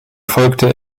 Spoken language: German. folgte